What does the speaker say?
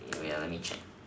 ya wait ya let me check